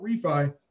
refi